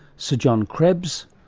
sir john krebs,